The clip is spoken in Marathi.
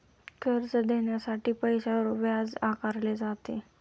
कर्ज देण्यासाठी पैशावर व्याज आकारले जाते